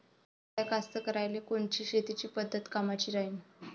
साध्या कास्तकाराइले कोनची शेतीची पद्धत कामाची राहीन?